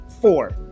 Four